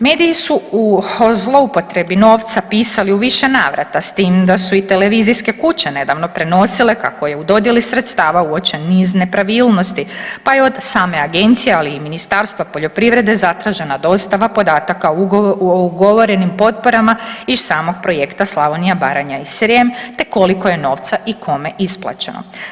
Medi ji su o zloupotrebi novca pisali u više navrata s tim da su i televizijske kuće nedavno prenosile kako je u dodjeli sredstava uočen niz nepravilnosti, pa je od same agencije, ali i Ministarstva poljoprivrede zatražena dostava podataka o ugovorenim potporama iz samog projekta Slavonija, Baranja i Srijem, te koliko je novca i kome isplaćeno.